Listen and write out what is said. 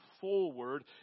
forward